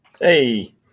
Hey